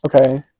Okay